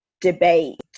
debate